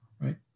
right